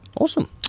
awesome